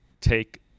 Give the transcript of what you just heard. take